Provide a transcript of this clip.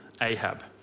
Ahab